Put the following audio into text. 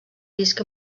disc